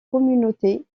communauté